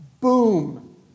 Boom